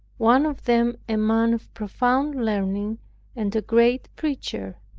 one of them a man of profound learning and a great preacher.